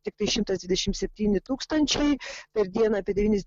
tiktai šimtas dvidešimt septyni tūkstančiai per dieną apie devynis